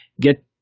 get